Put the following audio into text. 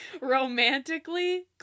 Romantically